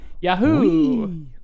Yahoo